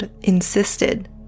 insisted